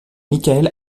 mikael